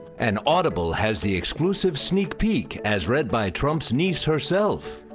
and audible has the exclusive sneak peek, as read by trump's niece herself.